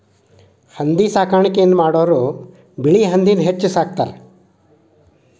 ಹಂದಿ ಸಾಕಾಣಿಕೆನ ಮಾಡುದು ಬಿಳಿ ಹಂದಿನ ಹೆಚ್ಚ ಸಾಕತಾರ